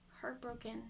heartbroken